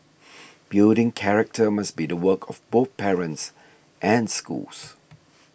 building character must be the work of both parents and schools